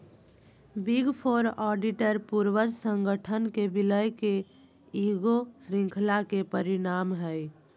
big four auditor पूर्वज संगठन के विलय के ईगो श्रृंखला के परिणाम हइ